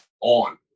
On